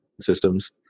systems